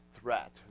threat